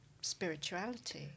spirituality